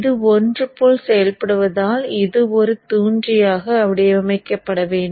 இது ஒன்று போல் செயல்படுவதால் இது ஒரு தூண்டியாக வடிவமைக்கப்பட வேண்டும்